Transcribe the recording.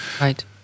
Right